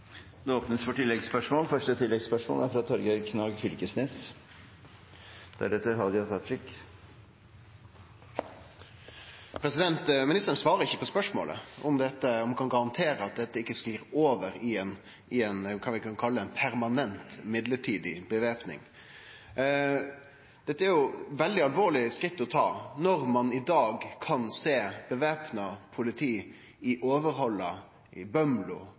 åpnes for oppfølgingsspørsmål – først Torgeir Knag Fylkesnes. Ministeren svarer ikkje på spørsmålet, om han kan garantere at dette ikkje sklir over i kva vi kan kalle ei permanent mellombels væpning. Dette er veldig alvorlege skritt å ta. Når ein i dag kan sjå væpna politi i Overhalla, i Bømlo,